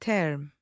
Term